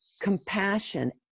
compassion